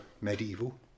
medieval